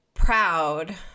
proud